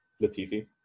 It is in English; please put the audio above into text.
Latifi